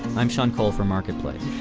i'm sean cole for marketplace